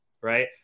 right